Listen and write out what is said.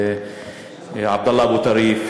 עימאד אבו טריף